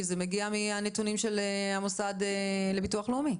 זה מגיע מן הנתונים של המוסד לביטוח לאומי.